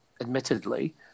admittedly